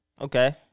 Okay